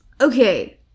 okay